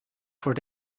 voor